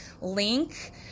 link